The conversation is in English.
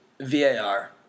VAR